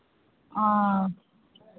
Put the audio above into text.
ओ